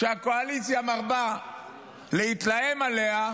שהקואליציה מרבה להתלהם עליה,